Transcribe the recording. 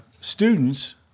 students